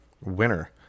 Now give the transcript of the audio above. winner